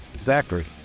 Zachary